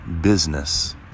business